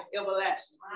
everlasting